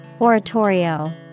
Oratorio